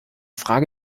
frage